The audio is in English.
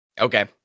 Okay